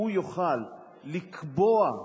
הוא יוכל לקבוע,